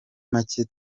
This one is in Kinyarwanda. macye